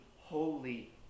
Holy